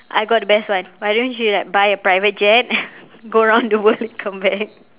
I got the best one why don't you like buy a private jet go around the world and come back